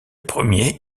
premier